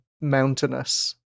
mountainous